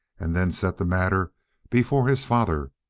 and then set the matter before his father,